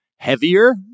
Heavier